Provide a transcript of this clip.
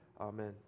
Amen